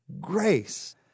grace